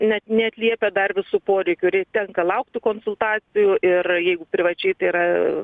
net neatliepia dar visų poreikių ir tenka laukti konsultacijų ir jeigu privačiai tai yra